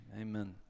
amen